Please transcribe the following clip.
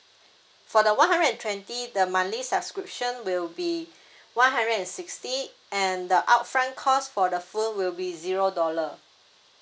for the one hundred and twenty the monthly subscription will be one hundred and sixty and the upfront cost for the phone will be zero dollar